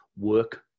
work